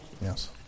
Yes